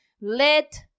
Let